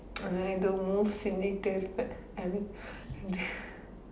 and then I don't move a little I mean